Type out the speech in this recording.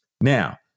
Now